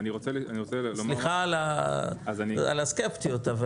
סליחה על הסקפטיות.